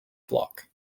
block